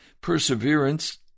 perseverance